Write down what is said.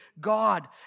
God